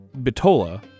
Bitola